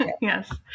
Yes